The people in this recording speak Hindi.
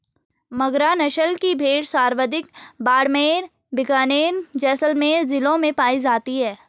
मगरा नस्ल की भेड़ सर्वाधिक बाड़मेर, बीकानेर, जैसलमेर जिलों में पाई जाती है